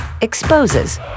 exposes